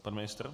Pan ministr?